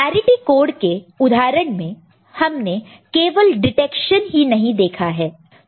parity code के उदाहरण में हमने केवल डिटेक्शन ही नहीं देखा है